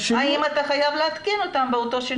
האם אתה חייב לעדכן אותם באותו שינוי?